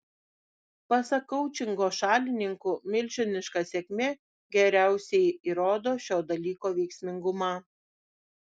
pasak koučingo šalininkų milžiniška sėkmė geriausiai įrodo šio dalyko veiksmingumą